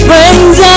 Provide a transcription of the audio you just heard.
friends